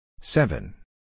Seven